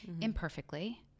imperfectly